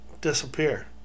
disappear